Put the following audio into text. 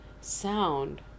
sound